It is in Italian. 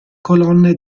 colonne